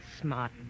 smart